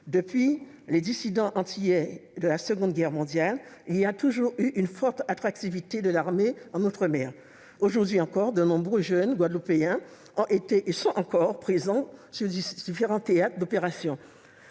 Depuis les dissidents antillais de la Seconde Guerre mondiale, il y a toujours eu une forte attractivité de l'armée en outre-mer. De nombreux jeunes Guadeloupéens ont été, et sont aujourd'hui encore présents sur différents théâtres d'opérations.